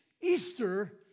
Easter